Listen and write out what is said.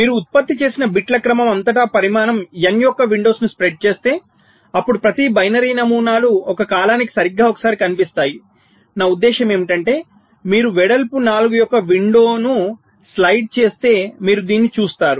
మీరు ఉత్పత్తి చేసిన బిట్ల క్రమం అంతటా పరిమాణం n యొక్క విండోను స్లైడ్ చేస్తే అప్పుడు ప్రతి బైనరీ నమూనాలు ఒక కాలానికి సరిగ్గా ఒకసారి కనిపిస్తాయి నా ఉద్దేశ్యం ఏమిటంటే మీరు వెడల్పు 4 యొక్క విండోను స్లైడ్ చేస్తే మీరు దీనిని చూస్తారు